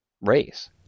race